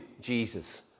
Jesus